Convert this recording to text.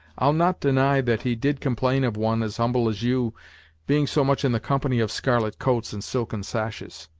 i'll not deny that he did complain of one as humble as you being so much in the company of scarlet coats and silken sashes.